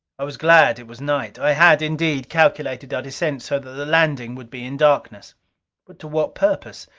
i was glad it was night. i had, indeed, calculated our descent so that the landing would be in darkness. but to what purpose?